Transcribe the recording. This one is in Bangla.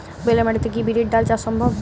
বেলে মাটিতে কি বিরির ডাল চাষ সম্ভব?